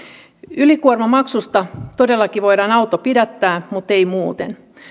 ylikuormamaksusta todellakin voidaan auto pidättää mutta ei muuten